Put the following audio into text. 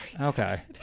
okay